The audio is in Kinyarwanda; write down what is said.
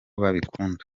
babikunda